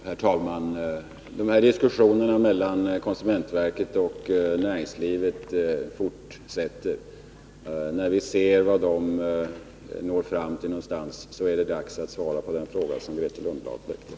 Herr talman! Diskussionerna mellan konsumentverket och näringslivet fortsätter. När vi får se vad de resulterar i är det dags att svara på den fråga som Grethe Lundblad ställde.